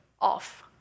off